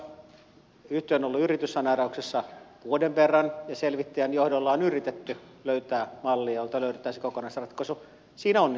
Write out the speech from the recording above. yhtiö on ollut yrityssaneerauksessa vuoden verran ja selvittäjän johdolla on yritetty löytää malli jolla löydettäisiin kokonaisratkaisu siinä onnistumatta